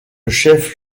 chef